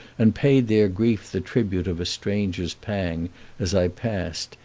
and paid their grief the tribute of a stranger's pang as i passed,